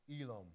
Elam